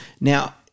now